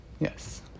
yes